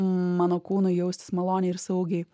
mano kūnui jaustis maloniai ir saugiai